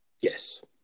Yes